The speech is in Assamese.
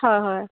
হয় হয়